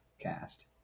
cast